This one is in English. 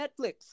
Netflix